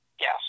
Yes